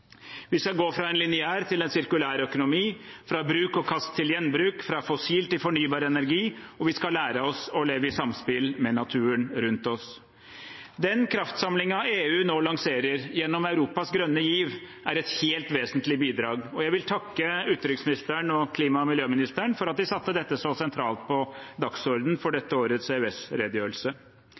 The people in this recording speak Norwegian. Vi skal gå fra en lineær til en sirkulær økonomi, fra bruk og kast til gjenbruk, fra fossil til fornybar energi, og vi skal lære oss å leve i samspill med naturen rundt oss. Den kraftsamlingen EU nå lanserer gjennom Europas grønne giv, er helt vesentlig bidrag, og jeg vil takke utenriksministeren og klima- og miljøministeren for at de satte dette så sentralt på dagsordenen for dette årets